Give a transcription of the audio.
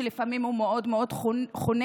שלפעמים הוא מאוד מאוד חונק